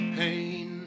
pain